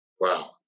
Wow